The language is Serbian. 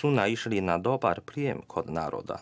su naišli na dobar prijem kod naroda.